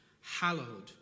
Hallowed